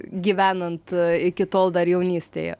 gyvenant iki tol dar jaunystėje